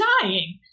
dying